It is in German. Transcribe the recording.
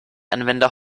anwender